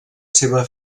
seva